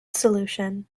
solution